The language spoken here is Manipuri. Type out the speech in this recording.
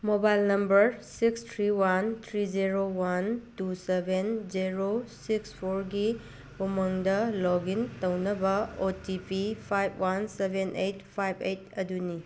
mobile number six three one three zero one two seven zero six ꯐꯣꯔꯒꯤ ꯎꯃꯪꯗ ꯂꯣꯛ ꯏꯟ ꯇꯧꯅꯕ O T P five one seven eight five eight ꯑꯗꯨꯅꯤ